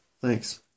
Thanks